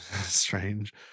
strange